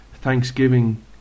Thanksgiving